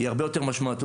היא הרבה יותר משמעותית,